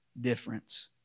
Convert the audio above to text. difference